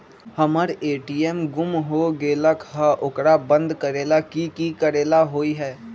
हमर ए.टी.एम गुम हो गेलक ह ओकरा बंद करेला कि कि करेला होई है?